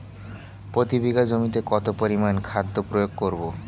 প্রতি বিঘা জমিতে কত পরিমান খাদ্য প্রয়োগ করব?